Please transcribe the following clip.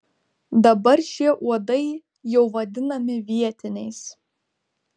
dabar šie uodai jau vadinami vietiniais